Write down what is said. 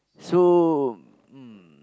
so mm